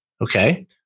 Okay